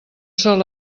sol